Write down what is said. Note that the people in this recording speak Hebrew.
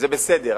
זה בסדר,